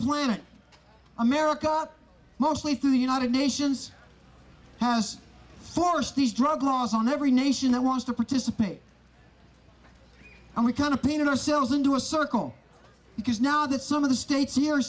planet america mostly through the united nations has forced these drug laws on every nation that wants to participate and we kind of painted ourselves into a circle because now that some of the states here are